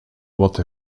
wat